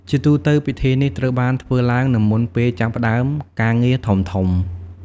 ជាទូទៅ ពិធីនេះត្រូវបានធ្វើឡើងនៅមុនពេលចាប់ផ្តើមការងារធំៗ។